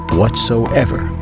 whatsoever